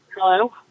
Hello